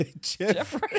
Jeffrey